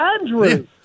Andrew